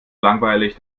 langweilig